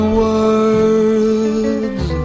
words